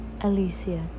Alicia